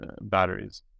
batteries